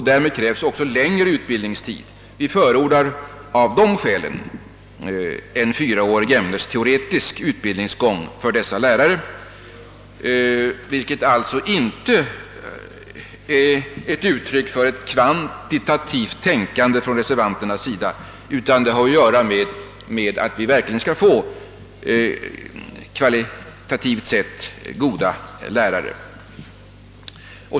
Därmed krävs också längre utbildningstid. Vi förordar därför en 4-årig ämnesteoretisk utbildningsgång för dessa lärare. Detta är inte uttryck för ett kvantitativt tänkande hos reservanterna, utan det har att göra med att vi vill ha lärare av verkligt god kvalitet.